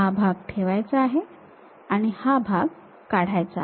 हा भाग ठेवायचा आहे आणि हा भाग काढायचा आहे